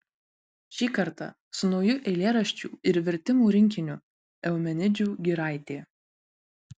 šį kartą su nauju eilėraščių ir vertimų rinkiniu eumenidžių giraitė